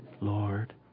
Lord